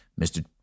Mr